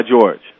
George